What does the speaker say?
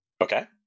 Okay